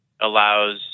allows